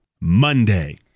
Monday